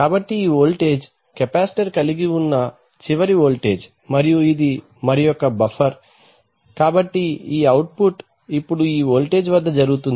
కాబట్టి ఈ voltage capacitor కలిగి ఉన్న చివరి వోల్టేజ్ మరియు ఇది మరొక బఫర్ కాబట్టి ఈ అవుట్పుట్ ఇప్పుడు ఈ వోల్టేజ్ వద్ద జరుగుతుంది